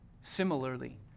Similarly